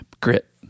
Grit